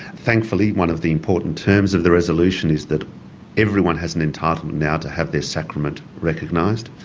thankfully one of the important terms of the resolution is that everyone has an entitlement now to have their sacrament recognised,